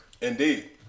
Indeed